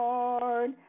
Lord